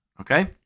Okay